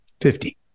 Fifty